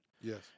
Yes